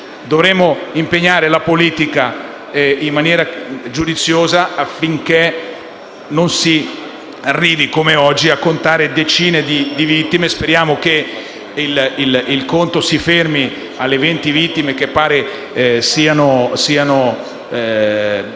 Dovremmo impegnare la politica in maniera giudiziosa affinché non si arrivi, come oggi, a contare decine di vittime. Speriamo che il conto si fermi alle 20 vittime riportate